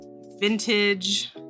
vintage